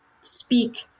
speak